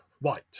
white